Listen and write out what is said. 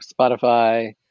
Spotify